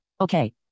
Okay